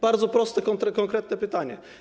Bardzo proste, konkretne pytanie.